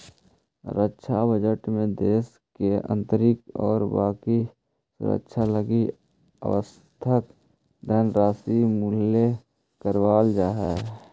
रक्षा बजट में देश के आंतरिक और बाकी सुरक्षा लगी आवश्यक धनराशि मुहैया करावल जा हई